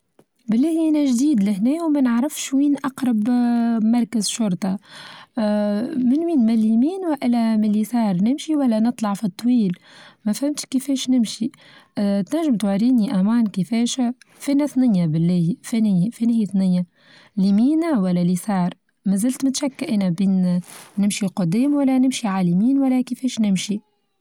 بقولها أنا چديد لهنا وما نعرفش وين أقرب مركز شرطة اه من وين من اليمين والا ماليسار نمشي ولا نطلع في الطويل ما فهمتش كيفاش نمشي اه تنچم توريني أمان كيفاشا فينا ثنيا باللي فين هي فين هي ثنية لمينة ولا اليسار مازلت متشكة أنا بين نمشي قدام ولا نمشي عاليمين ولا كيفاش نمشي.